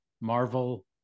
Marvel